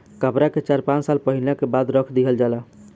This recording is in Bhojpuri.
कपड़ा के चार पाँच साल पहिनला के बाद रख दिहल जाला